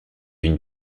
une